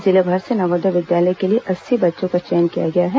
जिलेभर से नवोदय विद्यालय के लिए अस्सी बच्चों का चयन किया गया है